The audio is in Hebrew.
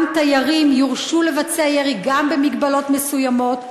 גם תיירים יורשו לבצע ירי, גם כן במגבלות מסוימות.